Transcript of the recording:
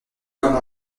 comme